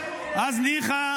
אז ניחא,